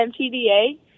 mtda